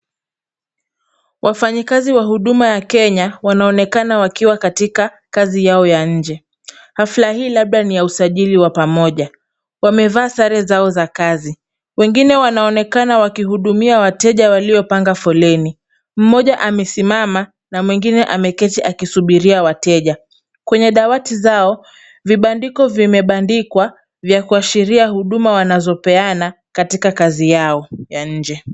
Wafanyikazi wa Huduma ya Kenya wanaonekana wakiwa katika kazi yao ya nje. Hafla hii labda ni ya usjaili ya pamoja. Wamevaa sare zao za kazi. Wengine wanaonekana wakihudumia wateja waliopanga foleni. Mmoja amesimama na mwingine amesimama akisubiria wateja. Kwenye dawati zao, vibandiko vimebandikwa vya kuashiria huduma wanazopeana katika kazi yao ya nje.